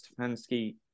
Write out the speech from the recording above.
Stefanski